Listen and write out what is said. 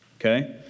Okay